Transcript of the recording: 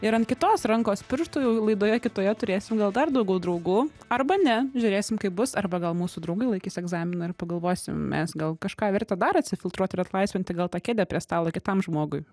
ir ant kitos rankos pirštų jau laidoje kitoje turėsim gal dar daugiau draugų arba ne žiūrėsim kaip bus arba gal mūsų draugai laikys egzaminą ir pagalvosim mes gal kažką verta dar atsifiltruoti ir atlaisvinti gal tą kėdę prie stalo kitam žmogui